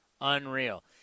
unreal